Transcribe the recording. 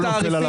לא עדכנו.